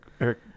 Eric